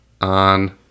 on